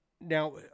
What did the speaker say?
Now